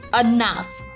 enough